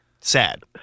Sad